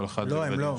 לא, הן לא.